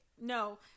No